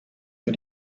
für